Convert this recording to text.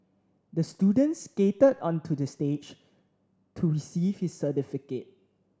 the student skated onto the stage to receive his certificate